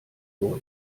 durch